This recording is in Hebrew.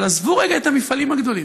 אבל עזבו רגע את המפעלים הגדולים.